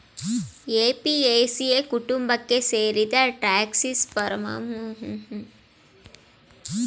Apiaceae ಕುಟುಂಬಕ್ಕೆ ಸೇರಿದ ಟ್ರ್ಯಾಕಿಸ್ಪರ್ಮಮ್ ಎಮೈ ವೈಜ್ಞಾನಿಕ ಹೆಸರು ಕನ್ನಡದಲ್ಲಿ ಅಜವಾನ ಅಂತ ಕರೀತಾರೆ